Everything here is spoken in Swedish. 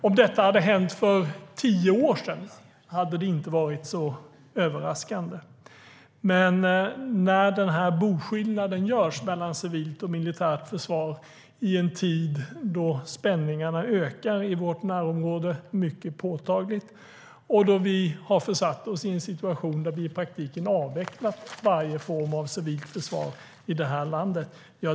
Om detta hade hänt för tio år sedan hade det inte varit så överraskande. Men det är mer överraskande när en sådan boskillnad görs mellan civilt och militärt försvar i en tid då spänningarna ökar mycket påtagligt i vårt närområde och då vi har försatt oss i en situation där vi i praktiken har avvecklat varje form av civilt försvar i det här landet.